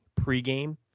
pregame